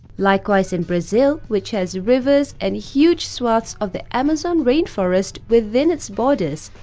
likewise in brazil, which has rivers and huge swathes of the amazon rainforest within its borders.